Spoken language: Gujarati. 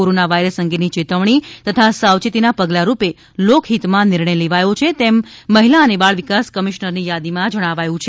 કોરોના વાયરસ અંગેની ચેતવણી તથા સાવચેતીના પગલાંરૂપે લોકહિતમાં નિર્ણય લેવાયો છે તેમ મહિલા અને બાળવિકાસ કમિશનરની યાદીમાં જણાવ્યું છે